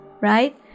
right